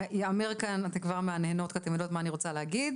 ייאמר כאן ואתן כבר מהנהנות כי אתן יודעות מה אני הולכת להגיד,